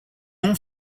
nom